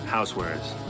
Housewares